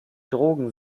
drogen